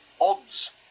odds